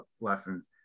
lessons